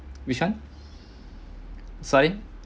which one say again